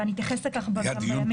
ואני אתייחס לכך בימים הקרובים.